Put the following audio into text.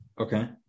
okay